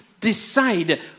decide